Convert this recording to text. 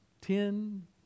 ten